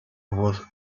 was